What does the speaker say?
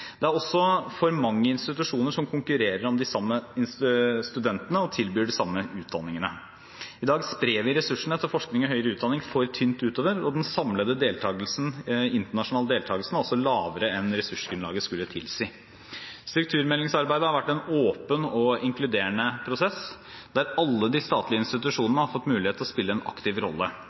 Det er også for mange institusjoner som konkurrerer om de samme studentene, og tilbyr de samme utdanningene. I dag sprer vi ressursene til forskning og høyere utdanning for tynt utover, og den samlede internasjonale deltakelsen er også lavere enn ressursgrunnlaget skulle tilsi. Strukturmeldingsarbeidet har vært en åpen og inkluderende prosess der alle de statlige institusjonene har fått mulighet til å spille en aktiv rolle.